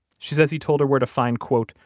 she says he told her where to find quote,